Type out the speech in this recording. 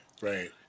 Right